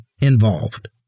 involved